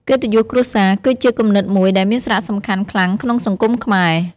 កិត្តិយសគ្រួសារគឺជាគំនិតមួយដែលមានសារៈសំខាន់ខ្លាំងក្នុងសង្គមខ្មែរ។